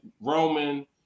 Roman